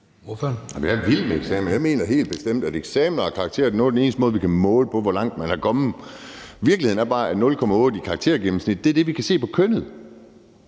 (NB): Jeg er vild med eksamener. Jeg mener helt bestemt, at eksamener og karakterer er en af de eneste måder, vi kan måle, hvor langt man er kommet, på. Virkeligheden er bare, at 0,8 karakterpoint er det, vi kan se på kønnet,